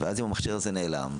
ואז המכשיר הזה נעלם,